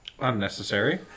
unnecessary